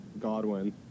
Godwin